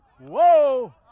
Whoa